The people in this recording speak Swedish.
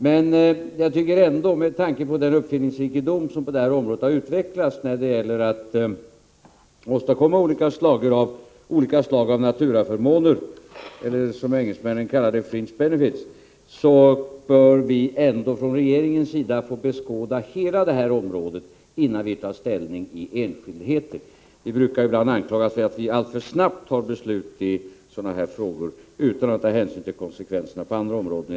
Men jag tycker ändå — med tanke på den uppfinningsrikedom som utvecklats när det gäller att åstadkomma olika slag av naturaförmåner eller fringe benefits, som engelsmännen kallar det — att regeringen bör få beskåda hela området innan vi tar ställning i enskildheter. Vi brukar ibland anklagas för att alltför snabbt besluta i sådana här frågor, utan att ta hänsyn till konsekvenserna på andra områden.